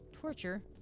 torture